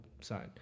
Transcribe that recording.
side